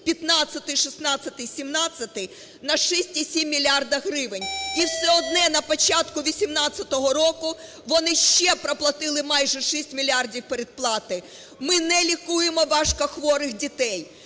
15-й, 16-й, 17-й, на 6,7 мільярда гривень. І все одно на початку 2018 року вони ще проплатили майже 6 мільярдів передплати. Ми не лікуємо важкохворих дітей,